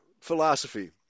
philosophy